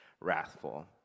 wrathful